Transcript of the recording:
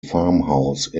farmhouse